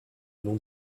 nom